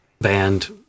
band